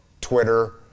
Twitter